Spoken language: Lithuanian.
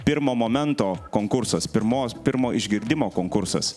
pirmo momento konkursas pirmos pirmo išgirdimo konkursas